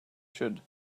should